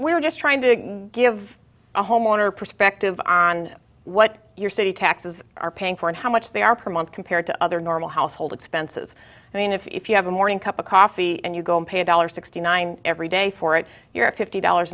we're just trying to give a homeowner perspective on what your city taxes are paying for and how much they are per month compared to other normal household expenses i mean if you have a morning cup of coffee and you go and pay a dollar sixty every day for it your fifty dollars